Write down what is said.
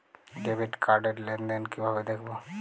Debit card র লেনদেন কিভাবে দেখবো?